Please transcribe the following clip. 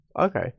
Okay